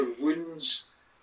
wounds